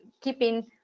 keeping